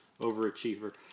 overachiever